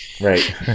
Right